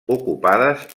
ocupades